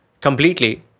completely